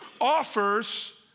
offers